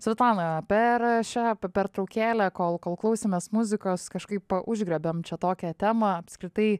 svetlana per šią pertraukėlę kol kol klausėmės muzikos kažkaip užgriebėm čia tokią temą apskritai